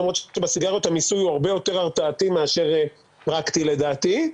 למרות שבסיגריות המיסוי הוא הרבה יותר הרתעתי מאשר פרקטי לדעתי.